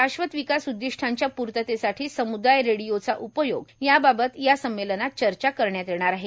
शाश्वत विकास उद्दिष्टांच्या पूर्ततेसाठी सम्रदाय रेडिओचा उपयोग याबाबत या संमेलनात चर्चा करण्यात येणार आहे